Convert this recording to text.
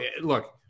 Look